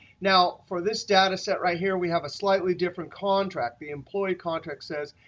now, for this data set right here we have a slightly different contract. the employee contract says,